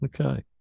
okay